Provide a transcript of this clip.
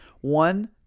One